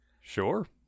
Sure